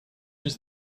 was